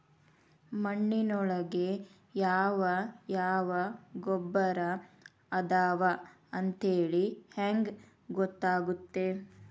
ಮಣ್ಣಿನೊಳಗೆ ಯಾವ ಯಾವ ಗೊಬ್ಬರ ಅದಾವ ಅಂತೇಳಿ ಹೆಂಗ್ ಗೊತ್ತಾಗುತ್ತೆ?